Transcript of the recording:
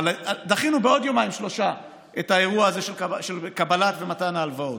אבל דחינו בעוד יומיים-שלושה את האירוע הזה של מתן ההלוואות.